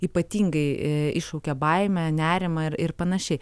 ypatingai iššaukia baimę nerimą ir ir panašiai